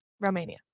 Romania